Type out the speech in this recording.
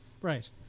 Right